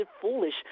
foolish